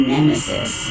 Nemesis